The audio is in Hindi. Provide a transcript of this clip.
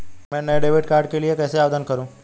मैं नए डेबिट कार्ड के लिए कैसे आवेदन करूं?